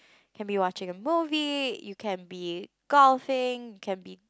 can be watching a movie you can be golfing you can be